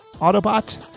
Autobot